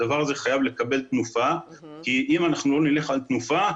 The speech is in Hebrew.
הדבר הזה חייב לקבל תנופה כי אם אנחנו לא נלך על תנופה,